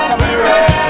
Spirit